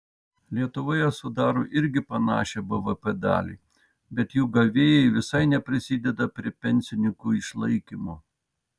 lietuvoje sudaro irgi panašią bvp dalį bet jų gavėjai visai neprisideda prie pensininkų išlaikymo